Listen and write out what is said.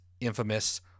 infamous